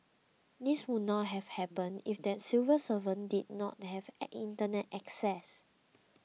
this would not have happened if that civil servant did not have Internet access